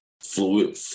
fluid